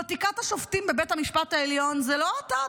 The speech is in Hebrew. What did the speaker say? ותיקת השופטים בבית המשפט העליון זה לא אתה,